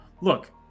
look